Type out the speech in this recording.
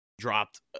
dropped